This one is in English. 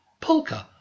Polka